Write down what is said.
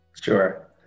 Sure